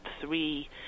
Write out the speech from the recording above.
three